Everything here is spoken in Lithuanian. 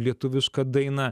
lietuviška daina